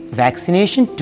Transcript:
vaccination